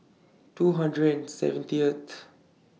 two hundred and seventieth